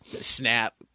Snap